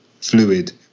fluid